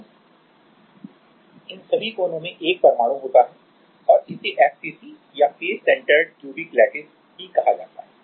इन सभी कोनों में एक परमाणु होता है और इसे FCC या face centred cubic lattice Face Centered Cubic lattice भी कहा जाता है